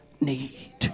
need